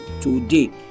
today